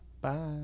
Bye